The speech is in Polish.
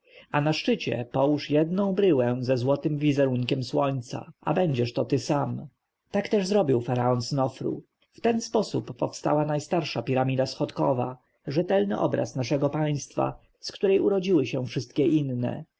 a na szczycie połóż jedną bryłę ze złotym wizerunkiem słońca a będziesz ty sam tak też zrobił faraon snofru i w ten sposób powstała najstarsza piramida schodowa rzetelny obraz naszego państwa z której urodziły się wszystkie inne